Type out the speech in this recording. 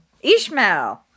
Ishmael